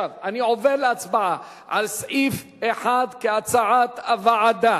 עכשיו אני עובר להצבעה על סעיף 1 כהצעת הוועדה.